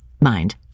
Mind